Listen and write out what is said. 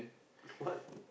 what